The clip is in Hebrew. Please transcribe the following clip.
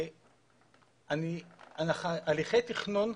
הליכי תכנון,